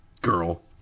Girl